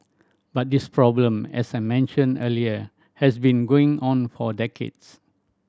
but this problem as I mentioned earlier has been going on for decades